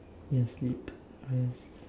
ya sleep rest